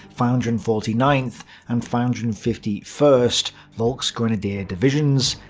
five hundred and forty ninth and five hundred and fifty first volksgrenadier divisions,